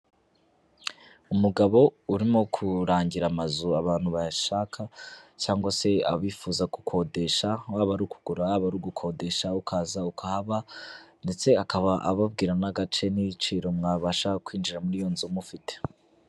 Umugabo urimo kurangira amazu abantu bayashaka, cyangwa se abifuza gukodesha, waba uri ukugura, waba uri ugukodesha, ukaza ukahaba ndetse akaba ababwira n'agace n'ibiciro mwabasha kwinjira muri iyo nzu mufite.